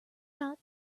not